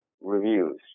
Reviews